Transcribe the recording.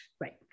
right